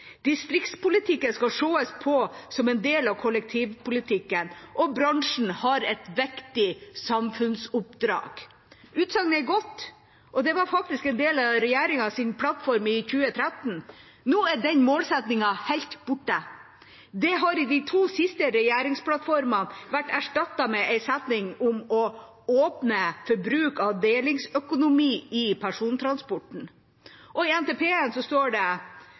skal ses på som en del av kollektivpolitikken, og at bransjen har et viktig samfunnsoppdrag? Målsettingen er god og det var faktisk en del av regjeringas plattform i 2013. Nå er den helt borte. Den har i de to siste regjeringsplattformene vært erstattet med en setning om å åpne for bruk av delingsøkonomi i persontransporten. I NTP-en står det